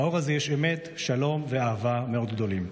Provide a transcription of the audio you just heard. באור הזה יש אמת, שלום ואהבה מאוד גדולים.